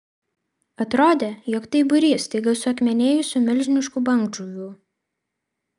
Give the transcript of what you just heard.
atrodė jog tai būrys staiga suakmenėjusių milžiniškų bangžuvių